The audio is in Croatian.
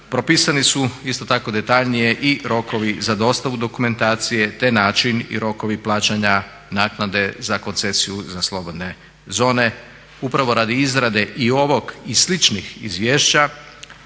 propisani su isto tako detaljnije i rokovi za dostavu dokumentacije te način i rokovi plaćanja naknade za koncesiju za slobodne zone upravo radi izrade i ovog i sličnih izvješća